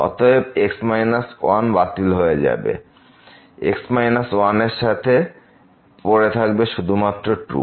অতএব এই x 1 বাতিল হয়ে যাবে x 1 এর সাথে এবং পড়ে থাকবে শুধুমাত্র 2